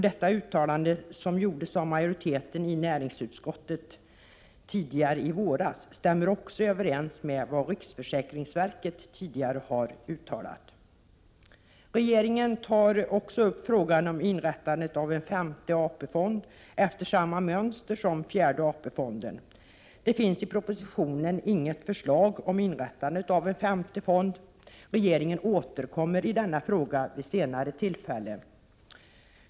Detta uttalande som gjordes av majoriteten i näringsutskottet i våras stämmer också överens med vad riksförsäkringsverket tidigare har uttalat. Regeringen tar även upp frågan om inrättandet av en femte AP-fond efter samma mönster som fjärde AP-fonden. Det finns i propositionen inget förslag om inrättande av en femte fond. Regeringen återkommer i denna fråga vid senare tillfälle.